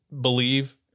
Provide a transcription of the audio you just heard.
believe